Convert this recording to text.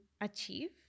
achieve